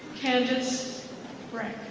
candace brecht.